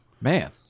man